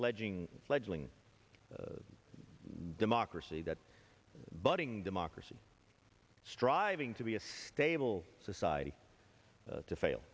pledging fledgling democracy that budding democracy striving to be a stable society to